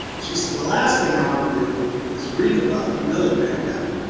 she said the last thing i want to do is read about another pandemic.